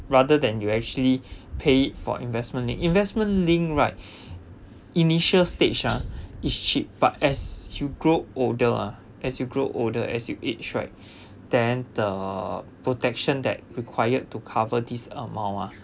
rather than you actually pay for investments linked investment linked right initial stage ah is cheap but as you grow older ah as you grow older as you age right then the protection that required to cover this amount ah